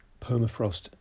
permafrost